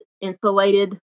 insulated